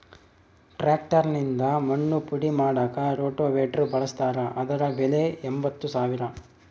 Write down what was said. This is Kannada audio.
ಟ್ರಾಕ್ಟರ್ ನಿಂದ ಮಣ್ಣು ಪುಡಿ ಮಾಡಾಕ ರೋಟೋವೇಟ್ರು ಬಳಸ್ತಾರ ಅದರ ಬೆಲೆ ಎಂಬತ್ತು ಸಾವಿರ